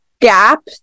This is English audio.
gap